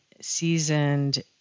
seasoned